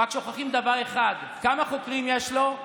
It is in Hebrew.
רק שוכחים דבר אחד: כמה חוקרים יש לו?